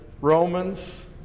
Romans